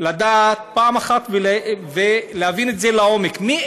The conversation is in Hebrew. זה לדעת פעם אחת ולהבין את זה לעומק: מי